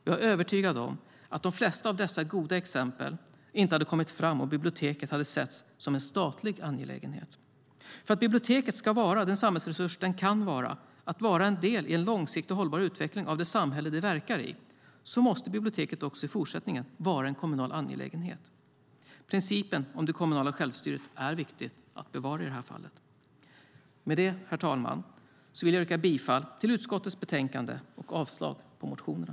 Jag är övertygad om att de flesta av dessa goda exempel inte hade kommit fram om biblioteket hade setts som en statlig angelägenhet. För att biblioteket ska vara den samhällsresurs det kan vara och vara en del i en långsiktig och hållbar utveckling av det samhälle det verkar i måste biblioteket också i fortsättningen vara en kommunal angelägenhet. Principen om det kommunala självstyret är i det här fallet viktig att bevara. Med det, herr talman, yrkar jag bifall till förslaget i utskottets betänkande och avslag på motionerna.